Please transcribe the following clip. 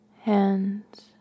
hands